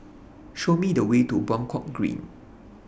Show Me The Way to Buangkok Green